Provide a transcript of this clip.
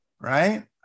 right